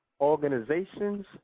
organizations